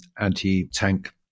anti-tank